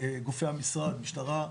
לגופי המשרד: משטרה,